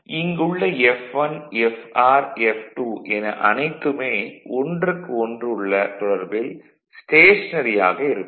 இங்கு உள்ள F1 Fr F2 என அனைத்துமே ஒன்றுக்கு ஒன்று உள்ள தொடர்பில் ஸ்டேஷனரி ஆக இருக்கும்